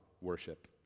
worship